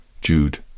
Jude